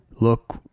look